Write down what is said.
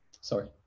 Sorry